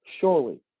surely